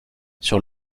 sur